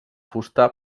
fusta